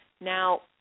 now